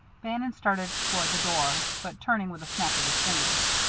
bannon started toward the door, but turned with a snap of his finger.